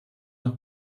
noch